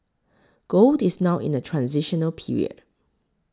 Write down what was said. gold is now in the transitional period